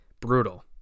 Brutal